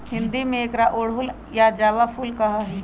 हिंदी में एकरा अड़हुल या जावा फुल कहा ही